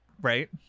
right